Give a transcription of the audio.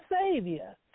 Savior